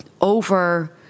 over